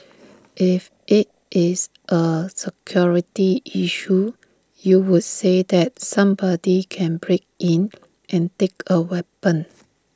if IT is A security issue you would say that somebody can break in and take A weapon